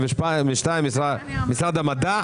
של משרד המדע,